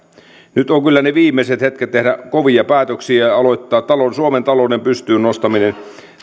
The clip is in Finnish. on kyllä ne viimeiset hetket tehdä kovia päätöksiä ja aloittaa suomen talouden pystyynnostaminen